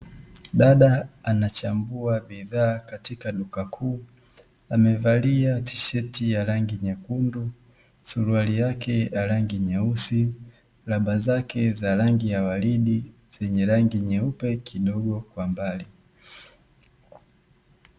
Dada anachambua bidhaa katika duka kuu, amevalia tisheti ya rangi nyekundu, suruali yake ya rangi nyeusi, raba zake za rangi ya waridi zenye rangi nyeupe kidogo kwa mbali.